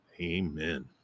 Amen